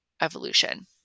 evolution